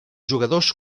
jugadors